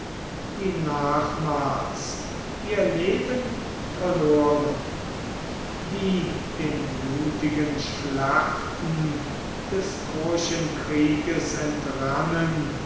die nachmals ihr leben verloren die den blutigen schlachten des troischen krieges entrannen